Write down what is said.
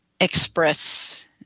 express